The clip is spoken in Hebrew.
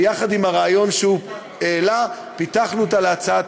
ויחד עם הרעיון שהוא העלה פיתחנו אותה להצעת